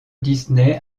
disney